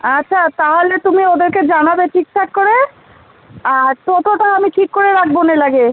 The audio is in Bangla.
আচ্ছা তাহলে তুমি ওদেরকে জানাবে ঠিকঠাক করে আর টোটোটা আমি ঠিক করে রাখবো নে লাগে